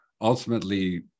ultimately